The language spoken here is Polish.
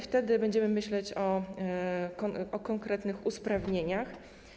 Wtedy będziemy myśleć o konkretnych usprawnieniach.